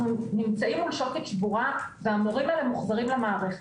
אנו נמצאים מול שוקת שבורה והמורים האלה מוחזרים למערכת.